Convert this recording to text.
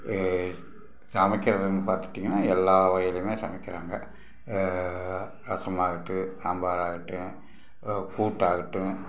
சமைக்கிறதுன்னு பார்த்துட்டிங்கன்னா எல்லா வகையிலேயுமே சமைக்கிறாங்க ரசமாகட்டும் சாம்பார் ஆகட்டும் கூட்டாகட்டும்